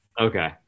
Okay